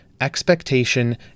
expectation